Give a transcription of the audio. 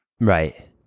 right